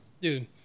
Dude